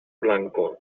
blanco